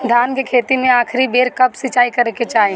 धान के खेती मे आखिरी बेर कब सिचाई करे के चाही?